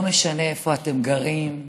לא משנה איפה אתם גרים,